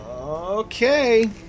Okay